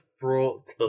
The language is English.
brought